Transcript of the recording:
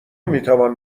میتوان